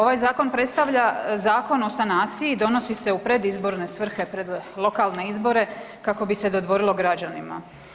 Ovaj zakon predstavlja zakon o sanaciji, donosi se u predizborne svrhe pred lokalne izbore kako bi se dodvorilo građanima.